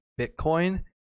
bitcoin